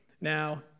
Now